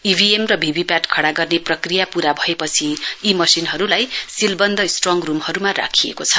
EVM र VVPAT खडा गर्ने प्रक्रिया पूरा भएपछि यी मशिनहरूलाई सीलबन्द स्ट्रङ रूमहरूमा राखिएको छ